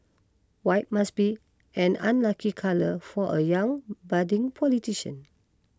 white must be an unlucky colour for a young budding politician